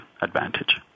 advantage